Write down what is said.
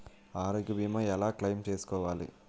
ఆరోగ్య భీమా ఎలా క్లైమ్ చేసుకోవాలి?